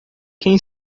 quem